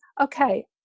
Okay